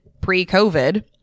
pre-COVID